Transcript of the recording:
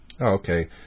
okay